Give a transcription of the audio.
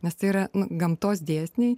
nes tai yra gamtos dėsniai